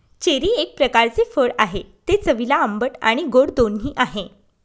cherry एक प्रकारचे फळ आहे, ते चवीला आंबट आणि गोड दोन्ही आहे